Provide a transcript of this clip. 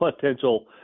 potential